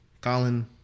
Colin